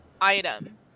item